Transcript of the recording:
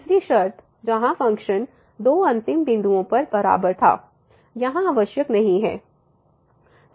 तीसरी शर्त जहां फ़ंक्शन दो अंतिम बिंदुओं पर बराबर था यहां आवश्यक नहीं है